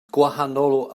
gwahanol